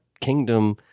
kingdom